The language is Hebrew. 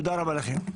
תודה רבה לכם.